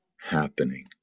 happening